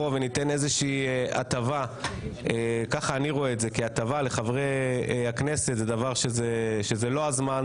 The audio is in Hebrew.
ולתת איזושהי הטבה לחברי הכנסת זה לא הזמן,